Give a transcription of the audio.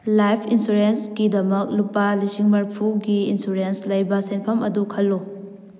life ꯏꯟꯁꯨꯔꯦꯟꯁꯀꯤꯗꯃꯛ ꯂꯨꯄꯥ ꯂꯤꯁꯤꯡ ꯃꯔꯤꯐꯨꯒꯤ ꯏꯟꯁꯨꯔꯦꯟꯁ ꯂꯩꯕ ꯁꯦꯟꯐꯝ ꯑꯗꯨ ꯈꯜꯂꯨ